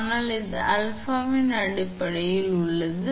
அதனால் இது ஆல்பாவின் அடிப்படையில் உள்ளது